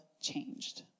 changed